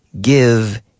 Give